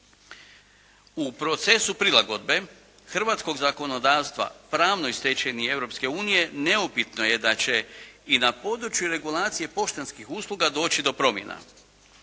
U procesu prilagodbe hrvatskog zakonodavstva pravnoj stečevini Europske unije neupitno je da će i na području regulacije poštanski usluga doći do promjena.